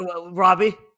Robbie